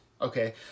okay